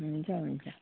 हुन्छ हुन्छ